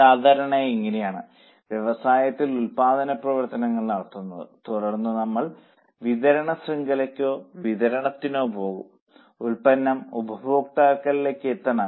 സാധാരണയായി ഇങ്ങനെയാണ് വ്യവസായത്തിൽ ഉൽപ്പാദന പ്രവർത്തനങ്ങൾ നടത്തുന്നത് തുടർന്ന് നമ്മൾ വിതരണ ശൃംഖലയ്ക്കോ വിതരണത്തിനോ പോകുംഉൽപ്പന്നം ഉപഭോക്താവിലേക്ക് എത്തണം